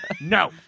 No